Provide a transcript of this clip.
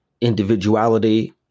individuality